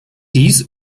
dies